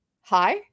hi